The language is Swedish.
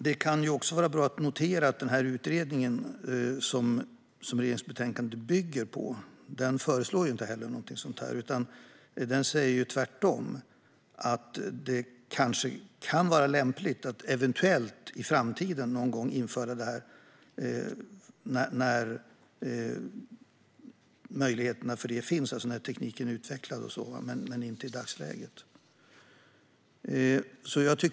Det kan också vara bra att notera att utredningen som regeringens förslag bygger på inte föreslår något sådant här utan tvärtom säger att det kan vara tillämpligt någon gång i framtiden när möjligheterna finns, alltså när tekniken är utvecklad, men inte i dagsläget.